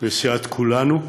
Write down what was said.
לסיעת כולנו,